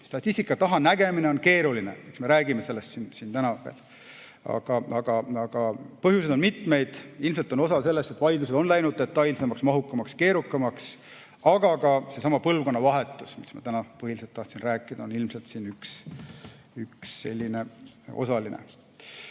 Statistika taha vaadata on keeruline, eks me räägime sellest siin täna veel. Aga põhjuseid on mitmeid. Ilmselt on [üks põhjus] see, et vaidlused on läinud detailsemaks, mahukamaks ja keerukamaks, aga ka seesama põlvkonnavahetus, millest ma täna põhiliselt tahan rääkida, on ilmselt siin üks osaline.